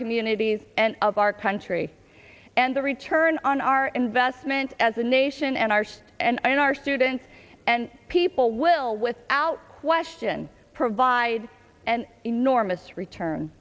communities and of our country and the return on our investment as a nation and ours and our students and people will without question provide an enormous return